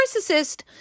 narcissist